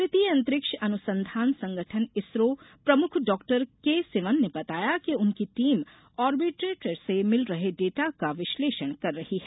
भारतीय अंतरिक्ष अनुसंधान संगठन इसरो प्रमुख डॉ के सिवन ने बताया कि उनकी टीम ऑर्बिटर से मिल रहे डेटा का विश्लेषण कर रही है